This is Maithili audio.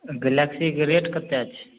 गैलेक्सीके रेट कतेक छै